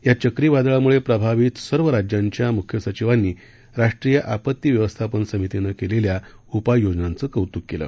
या चक्रीवादळाम्ळे प्रभावित सर्व राज्यांच्या म्ख्य सचिवांनी राष्ट्रीय आपती व्यवस्थापन समितीने केलेल्या उपाययोजनांच कौत्क केलं